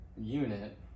unit